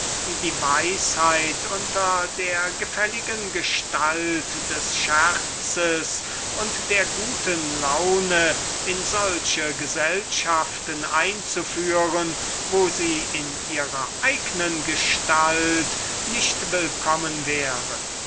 die weisheit unter der gefälligen gestalt des lächelnden scherzes und der guten laune in solche gesellschaften einzuführen wo sie in ihrer eignen gestalt nicht willkommen wäre